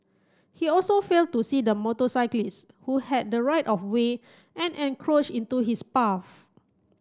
he also failed to see the motorcyclist who had the right of way and encroached into his path